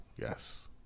Yes